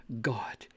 God